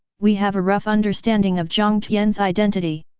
we have a rough understanding of jiang tian's identity!